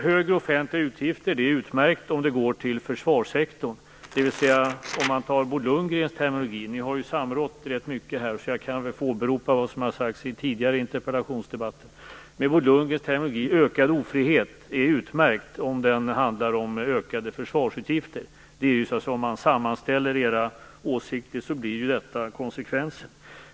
Det är utmärkt med höga offentliga utgifter, om de går till försvarssektorn. Eller med Bo Lundgrens terminologi - ni har ju samrått rätt mycket, och jag åberopar därför vad som tidigare har sagt i interpellationsdebatter: Ökad ofrihet är utmärkt om det handlar om ökade försvarsutgifter. Sammanställer man era åsikter blir detta konsekvensen.